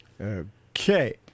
Okay